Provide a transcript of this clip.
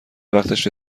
وقتش